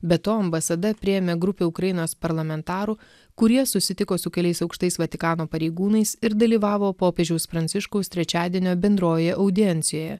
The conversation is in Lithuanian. be to ambasada priėmė grupę ukrainos parlamentarų kurie susitiko su keliais aukštais vatikano pareigūnais ir dalyvavo popiežiaus pranciškaus trečiadienio bendrojoje audiencijoje